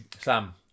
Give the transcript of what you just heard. Sam